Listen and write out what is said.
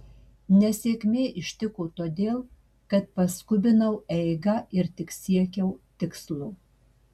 nesėkmė ištiko todėl kad paskubinau eigą ir tik siekiau tikslo